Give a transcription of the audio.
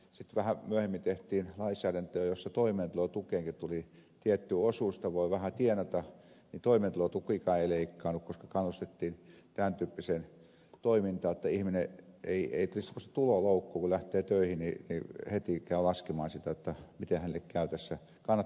sitten vähän myöhemmin tehtiin lainsäädäntöä jossa toimeentulotukeenkin tuli tietty osuus että voi vähän tienata niin että toimeentulotukikaan ei leikkaannu koska kannustettiin tämän tyyppiseen toimintaan että ei tulisi semmoista tuloloukkua että kun lähtee töihin niin heti käy laskemaan sitä miten käy tässä kannattaako mennä töihin